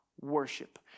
worship